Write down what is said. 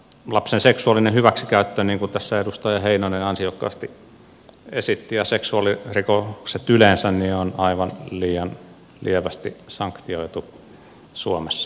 lapsen seksuaalinen hyväksikäyttö niin kuin tässä edustaja heinonen ansiokkaasti esitti ja seksuaalirikokset yleensä on aivan liian lievästi sanktioitu suomessa